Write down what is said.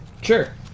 Sure